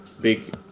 big